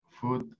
food